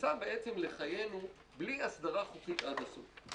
נכנסה בעצם לחיינו בלי הסדרה חוקית עד הסוף,